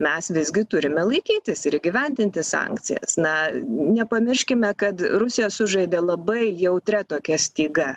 mes visgi turime laikytis ir įgyvendinti sankcijas na nepamirškime kad rusija sužaidė labai jautria tokia styga